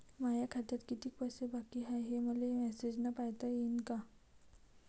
माया खात्यात कितीक पैसे बाकी हाय, हे मले मॅसेजन पायता येईन का?